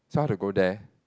this one how to go there